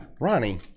Ronnie